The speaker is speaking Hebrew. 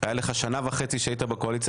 הייתה לך שנה וחצי שהיית בקואליציה,